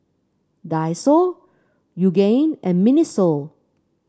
Daiso Yoogane and Miniso